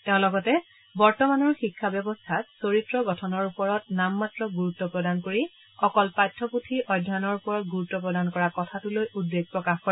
তেওঁ লগতে বৰ্তমানৰ শিক্ষা ব্যৱস্থাত চৰিত্ৰ গঠনৰ ওপৰত নামমাত্ৰ গুৰুত্ব প্ৰদান কৰি অকল পাঠ্যপুথি অধ্যয়নৰ ওপৰত গুৰুত্ব প্ৰদান কৰা কথাটো লৈ উদ্বেগ প্ৰকাশ কৰে